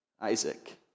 Isaac